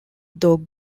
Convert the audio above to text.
though